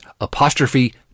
apostrophe